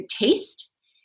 taste